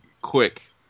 quick